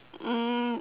um